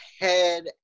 head